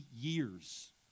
years